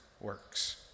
works